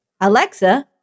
Alexa